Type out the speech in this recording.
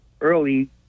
early